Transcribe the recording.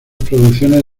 producciones